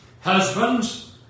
Husbands